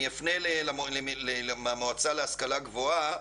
אני פונה למועצה להשכלה גבוהה,